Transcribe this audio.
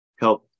help